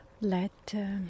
Let